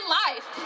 life